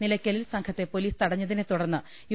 നിലയ്ക്കലിൽ സംഘത്തെ പൊലീസ് തടഞ്ഞതിനെതുടർന്ന് യു